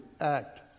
act